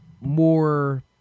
more